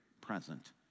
present